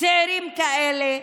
צעירים כאלה.